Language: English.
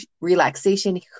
relaxation